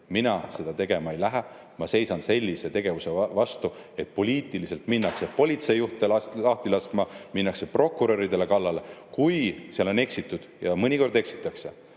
Mina seda tegema ei lähe. Ma seisan vastu sellisele tegevusele, et poliitiliselt minnakse politseijuhte lahti laskma, minnakse prokuröridele kallale. Kui seal on eksitud, ja mõnikord eksitakse